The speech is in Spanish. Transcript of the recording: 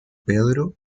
pedro